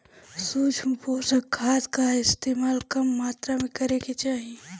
सूक्ष्म पोषक खाद कअ इस्तेमाल कम मात्रा में करे के चाही